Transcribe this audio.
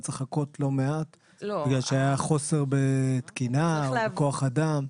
צריך לחכות לא מעט בגלל שהיה חוסר בתקינה או בכוח אדם.